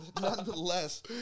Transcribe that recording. Nonetheless